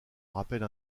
rappelle